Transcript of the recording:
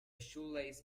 shoelace